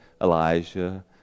Elijah